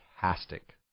fantastic